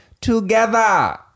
together